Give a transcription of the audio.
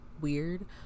weird